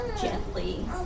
gently